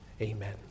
amen